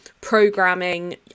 Programming